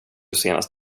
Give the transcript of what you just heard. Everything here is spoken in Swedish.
senast